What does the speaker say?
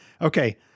Okay